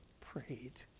prayed